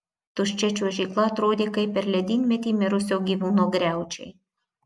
tuščia čiuožykla atrodė kaip per ledynmetį mirusio gyvūno griaučiai